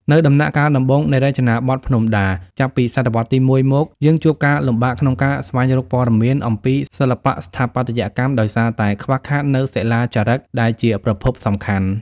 នៅដំណាក់កាលដំបូងនៃរចនាបថភ្នំដា ចាប់ពីសតវត្សរ៍ទី១ មក យើងជួបការលំបាកក្នុងការស្វែងរកព័ត៌មានអំពីសិល្បៈស្ថាបត្យកម្ម ដោយសារតែខ្វះខាតនូវសិលាចារឹកដែលជាប្រភពសំខាន់។